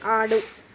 ఆడు